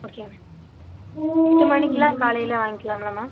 okay ma'am எட்டு மணிக்குலாம் காலையில் வாய்ங்கிலாம்லே மேம்